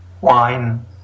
wine